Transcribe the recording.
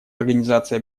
организации